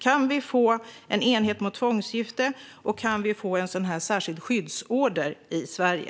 Kan vi få en enhet mot tvångsgifte och en sådan särskild skyddsorder i Sverige?